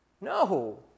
No